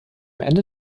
ende